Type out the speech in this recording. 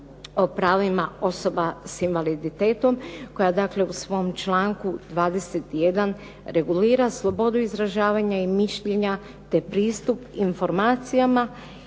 o pravima osoba s invaliditetom koja dakle u svom članku 21. regulira slobodu izražavanja i mišljenja te pristup informacijama